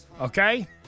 okay